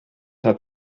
hat